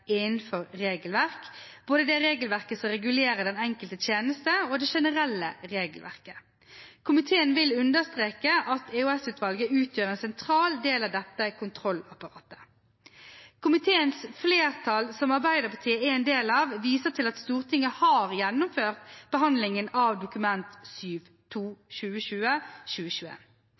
innenfor regelverket, både det regelverket som regulerer den enkelte tjeneste, og det generelle regelverket. Komiteen vil understreke at EOS-utvalget utgjør en sentral del av dette kontrollapparatet. Komiteens flertall, som Arbeiderpartiet er en del av, viser til at Stortinget har gjennomført behandlingen av Dokument